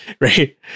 Right